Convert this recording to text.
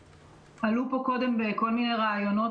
עלו פה קודם כל מיני רעיונות,